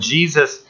Jesus